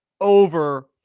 over